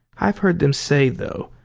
i've heard them say, though,